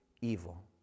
evil